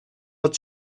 odd